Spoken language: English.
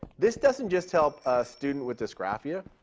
this doesn't just help a student with dysgraphia.